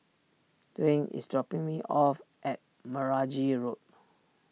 Dwyane is dropping me off at Meragi Road